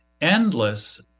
endless